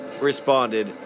responded